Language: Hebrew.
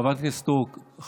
חברת הכנסת סטרוק, שתי שאלות.